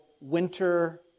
winter